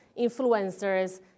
influencers